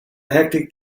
hectic